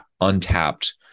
untapped